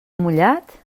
mullat